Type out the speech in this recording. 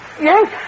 Yes